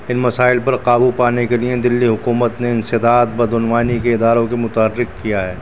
ان مسائل پر قابو پانے کے لیے دہلی حکومت نے انسداد بدعنوانی کے اداروں کو متحرک کیا ہے